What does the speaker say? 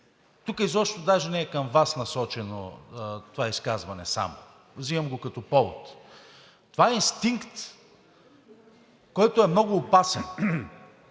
Тук изобщо даже не е към Вас насочено това изказване само. Взимам го като повод. Това е инстинкт, който е много опасен,